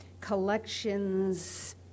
collections